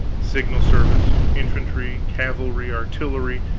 signal service, infantry, cavalry, artillery,